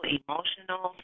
emotional